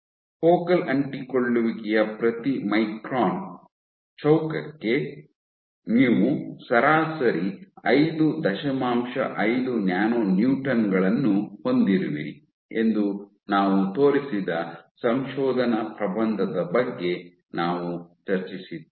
focal ಅಂಟಿಕೊಳ್ಳುವಿಕೆಯ ಪ್ರತಿ micron ಚೌಕಕ್ಕೆ ನೀವು ಸರಾಸರಿ ಐದು ದಶಮಾಂಶ ಐದು ನ್ಯಾನೊ ನ್ಯೂಟನ್ ಗಳನ್ನು ಹೊಂದಿರುವಿರಿ ಎಂದು ನಾವು ತೋರಿಸಿದ ಸಂಶೋಧನಾ ಪ್ರಬಂಧದ ಬಗ್ಗೆ ನಾವು ಚರ್ಚಿಸಿದ್ದೇವೆ